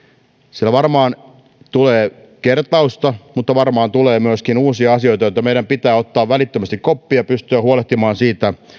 varmaan tulee kertausta mutta varmaan tulee myöskin uusia asioita joista meidän pitää ottaa välittömästi koppia pitää pystyä huolehtimaan